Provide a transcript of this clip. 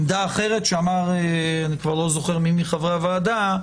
עמדה אחרת, שאמר אני כבר לא זוכר מי מחברי הוועדה: